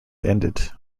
ended